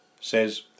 says